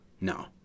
No